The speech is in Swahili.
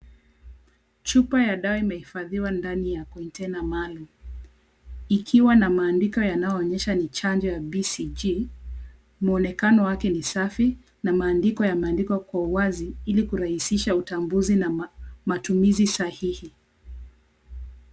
Chupa ya dawa imehifadhiwa ndani ya container maalum, ikiwa na maandiko inayoonyesha ni chanjo ya BCG , mwonekano wake ni safi, na maandiko yameandikwa kwa uwazi, ili kurahisisha utambuzi, na matumizi sahihi.